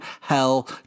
hell